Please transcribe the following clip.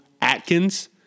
Atkins